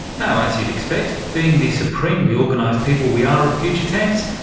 now as you'd expect, being the supremely organised people we are at future tense,